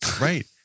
Right